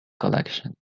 collection